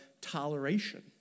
toleration